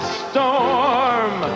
storm